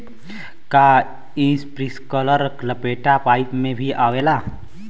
का इस्प्रिंकलर लपेटा पाइप में भी आवेला?